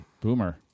Boomer